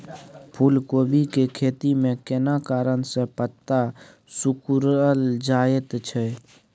फूलकोबी के खेती में केना कारण से पत्ता सिकुरल जाईत छै?